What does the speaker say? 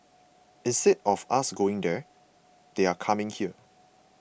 instead of us going there they are coming here